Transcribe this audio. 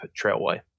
trailway